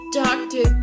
doctor